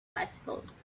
bicycles